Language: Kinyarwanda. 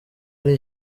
ari